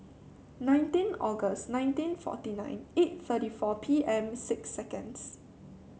nineteen August nineteen forty nine eight thirty four P M six seconds